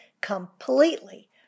completely